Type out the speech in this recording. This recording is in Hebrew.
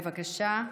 בבקשה.